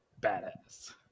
Badass